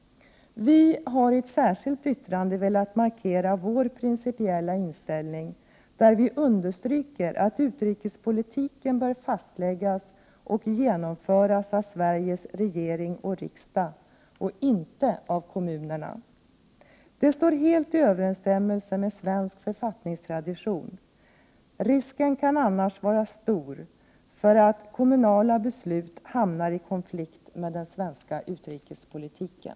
Vi har i ett särskilt yttrande velat markera vår principiella inställning. Vi understryker där att utrikespolitiken bör fastläggas och genomföras av Sveriges regering och riksdag och inte av kommunerna. Det står helt i överensstämmelse med svensk författningstradition. Risken kan annars vara stor för att kommunala beslut hamnar i konflikt med den svenska utrikespolitiken.